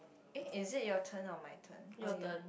eh is it your turn or my turn oh ya